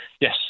yes